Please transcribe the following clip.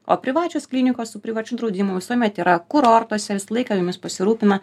o privačios klinikos su privačiu draudimu visuomet yra kurortuose visą laiką jumis pasirūpina